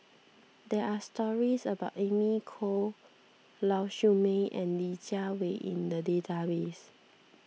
there are stories about Amy Khor Lau Siew Mei and Li Jiawei in the database